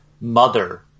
mother